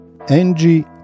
Angie